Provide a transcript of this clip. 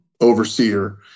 overseer